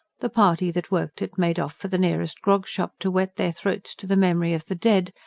the party that worked it made off for the nearest grog-shop, to wet their throats to the memory of the dead,